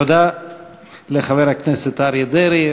תודה לחבר הכנסת אריה דרעי.